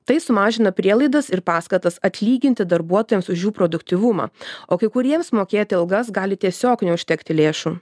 tai sumažina prielaidas ir paskatas atlyginti darbuotojams už jų produktyvumą o kai kuriems mokėti algas gali tiesiog neužtekti lėšų